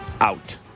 Out